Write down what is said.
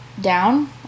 down